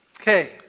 Okay